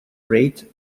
rate